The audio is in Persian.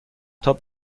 تاپ